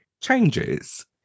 changes